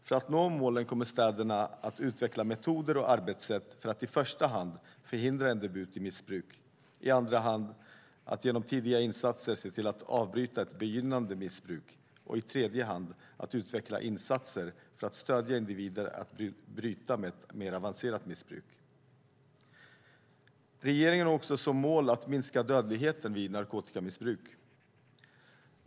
För att nå målet kommer städerna att utveckla metoder och arbetssätt för att i första hand förhindra en debut i missbruk, i andra hand att genom tidiga insatser se till att avbryta ett begynnande missbruk och i tredje hand att utveckla insatser för att stödja individer att bryta med ett mer avancerat missbruk. Regeringen har också som mål att minska dödligheten vid narkotikamissbruk.